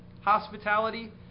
hospitality